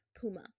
Puma